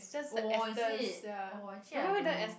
oh is it oh actually I don't know